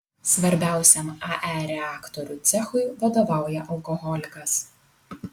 svarbiausiam ae reaktorių cechui vadovauja alkoholikas